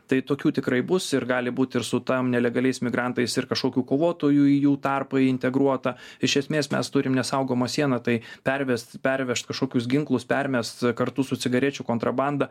tai tokių tikrai bus ir gali būt ir su tam nelegaliais migrantais ir kažkokių kovotojų į jų tarpą integruota iš esmės mes turim nesaugomą sieną tai pervest pervežt kažkokius ginklus permest kartu su cigarečių kontrabanda